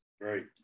Right